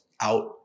out